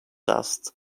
dust